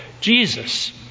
Jesus